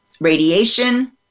radiation